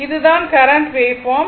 இதுதான் current waveform